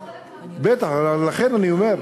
בטח, לכן אני אומר.